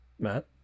Matt